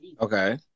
Okay